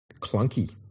clunky